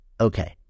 Okay